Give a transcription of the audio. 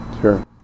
Sure